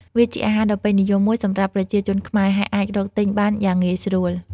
វាជាអាហារដ៏ពេញនិយមមួយសម្រាប់ប្រជាជនខ្មែរ ហើយអាចរកទិញបានយ៉ាងងាយស្រួល។